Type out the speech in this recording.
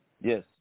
Yes